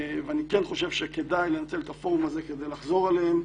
אני חושב שכדאי לנצל את הפורום הזה כדי לחזור עליהם.